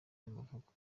y’amavuko